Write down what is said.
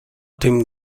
tym